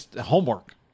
homework